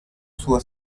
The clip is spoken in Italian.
sua